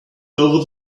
over